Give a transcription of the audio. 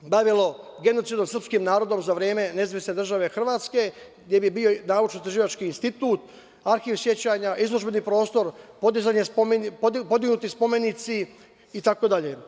bavilo genocidom nad srpskim narodom za vreme NDH, gde bi bio naučno-istraživački institut, arhiv sećanja, izložbeni prostor, podignuti spomenici, itd.